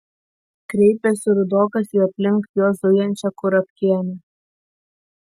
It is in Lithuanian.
kreipėsi rudokas į aplink juos zujančią kurapkienę